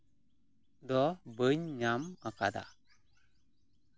ᱫᱚ ᱵᱟᱹᱧ ᱧᱟᱢ ᱟᱠᱟᱫᱟ